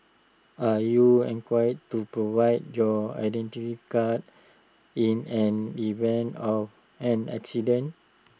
are you inquired to provide your Identity Card in an event of an accident